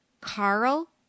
Carl